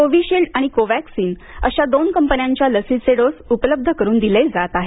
Covishield आणि Covaxin अशा दोन कंपन्यांच्या लसीचे डोस उपलब्ध करुन दिले जात आहेत